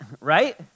Right